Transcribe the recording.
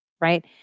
right